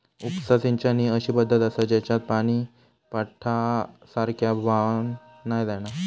उपसा सिंचन ही अशी पद्धत आसा जेच्यात पानी पाटासारख्या व्हावान नाय जाणा